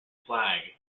flag